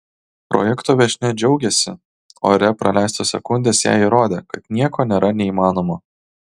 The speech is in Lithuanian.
projekto viešnia džiaugėsi ore praleistos sekundės jai įrodė kad nieko nėra neįmanomo